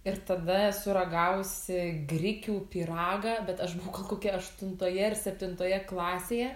ir tada esu ragavusi grikių pyragą bet aš buvau gal kokia aštuntoje ar septintoje klasėje